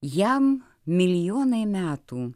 jam milijonai metų